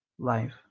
Life